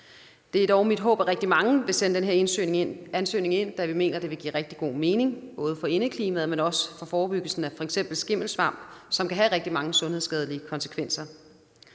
mit håb, at rigtig mange vil sende den her ansøgning ind, da vi mener, det vil give god mening, både for indeklimaet, men også for forebyggelsen af f.eks. skimmelsvamp, som kan have rigtig mange sundhedsskadelige konsekvenser.